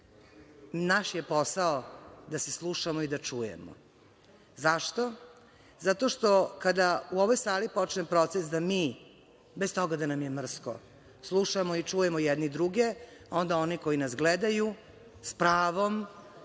Naš je posao da se slušamo i da čujemo. Zašto? Zato što kada u ovoj sali počne proces da mi, bez toga da nam je mrsko, slušamo i čujemo jedni druge, onda oni koji nas gledaju s pravom